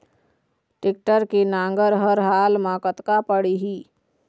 Tractor के नांगर हर हाल मा कतका पड़िही?